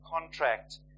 contract